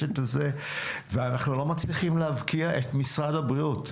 אנחנו לא מצליחים להבקיע את משרד הבריאות.